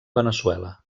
veneçuela